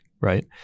right